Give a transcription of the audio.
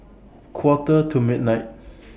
Quarter to midnight